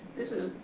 this is,